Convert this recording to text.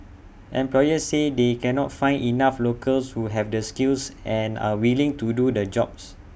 employers say they cannot find enough locals who have the skills and are willing to do the jobs